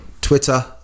Twitter